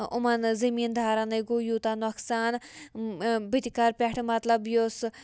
یِمَن زٔمیٖندارَنَے گوٚو یوٗتاہ نۄقصان بہٕ تہِ کَرٕ پٮ۪ٹھٕ مطلب یُس